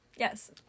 Yes